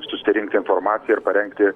susirinkti informaciją ir parengti